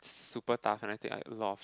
super tough and I take a lot of